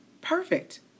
perfect